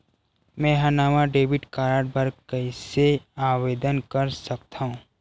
मेंहा नवा debit card बर कैसे आवेदन कर सकथव?